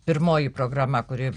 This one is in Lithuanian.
pirmoji programa kuri